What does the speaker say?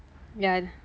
ya